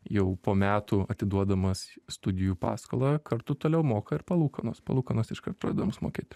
jau po metų atiduodamas studijų paskolą kartu toliau moka ir palūkanos palūkanos iškart pradedamos mokėti